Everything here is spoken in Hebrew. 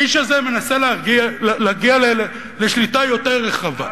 האיש הזה מנסה להגיע לשליטה יותר רחבה.